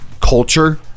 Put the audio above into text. culture